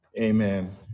Amen